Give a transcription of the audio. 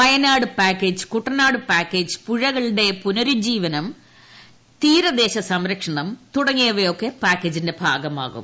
Wayanad package Kuttanad package പുഴകളുടെ പുനരുജ്ജീവനം തീരദേശ സംരക്ഷണം തുടങ്ങിയവയൊക്കെട്ട പാക്കേജിന്റെ ഭാഗമാകും